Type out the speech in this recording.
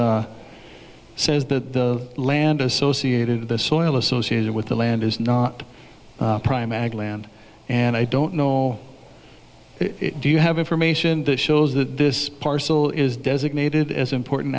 says the land associated with the soil associated with the land is not primarily land and i don't know do you have information that shows that this parcel is designated as important